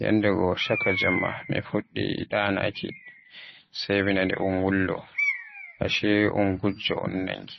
Yandego chaaka Jemma mi fuɗɗi ɗanaaki, sai mi naani un wullo, ashe gujjo un nangi.